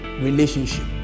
relationship